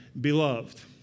beloved